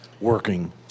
working